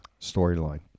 storyline